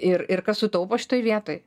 ir ir kas sutaupo šitoj vietoj